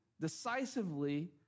decisively